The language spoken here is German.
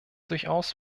durchaus